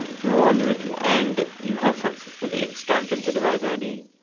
go all the way to the end, you have successfully extracted the device id.